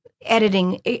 Editing